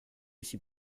suis